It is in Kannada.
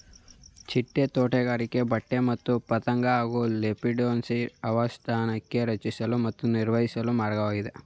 ಚಿಟ್ಟೆ ತೋಟಗಾರಿಕೆ ಚಿಟ್ಟೆ ಮತ್ತು ಪತಂಗ ಹಾಗೂ ಲೆಪಿಡೋಪ್ಟೆರಾನ್ಗೆ ಆವಾಸಸ್ಥಾನ ರಚಿಸಲು ಮತ್ತು ನಿರ್ವಹಿಸೊ ಮಾರ್ಗವಾಗಿದೆ